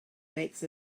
makes